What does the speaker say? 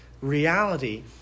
reality